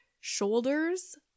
shoulders